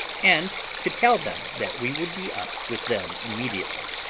and to tell them that we would be up with them immediately.